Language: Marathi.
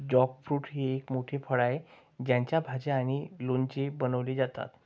जॅकफ्रूट हे एक मोठे फळ आहे ज्याच्या भाज्या आणि लोणचे बनवले जातात